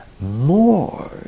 more